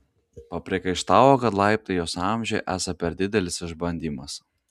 papriekaištavo kad laiptai jos amžiui esą per didelis išbandymas